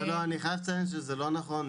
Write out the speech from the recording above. אני חייב לציין את זה, זה לא נכון.